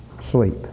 sleep